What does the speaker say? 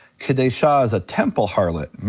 kedeshah is a temple harlot,